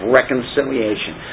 reconciliation